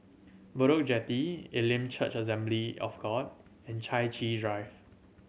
Bedok Jetty Elim Church Assembly of God and Chai Chee Drive